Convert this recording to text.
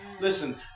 Listen